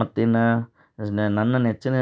ಮತ್ತು ಇನ್ನು ನನ್ನ ನೆಚ್ಚಿನ